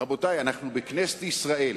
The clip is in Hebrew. רבותי, אנחנו בכנסת ישראל.